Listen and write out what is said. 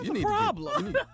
problem